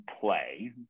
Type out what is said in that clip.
play